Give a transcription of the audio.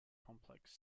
complex